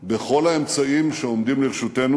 בכל האמצעים שעומדים לרשותנו